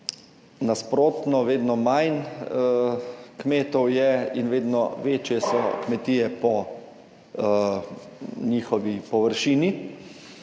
Nasprotno, vedno manj kmetov je in vedno večje so kmetije po njihovi površini,